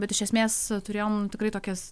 bet iš esmės turėjom tikrai tokias